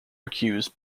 accused